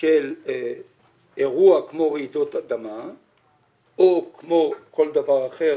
של אירוע כמו רעידות אדמה או כמו כל דבר אחר